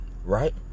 Right